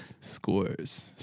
Scores